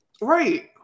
Right